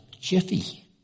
jiffy